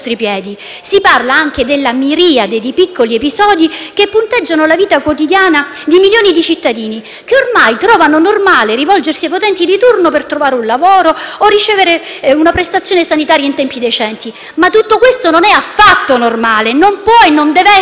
si parla anche della miriade di piccoli episodi che punteggiano la vita quotidiana di milioni di cittadini, che ormai trovano normale rivolgersi ai potenti di turno per trovare un lavoro o ricevere una prestazione sanitaria in tempi decenti. Ma tutto questo però non è affatto normale, non può e non deve essere